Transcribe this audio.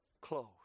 close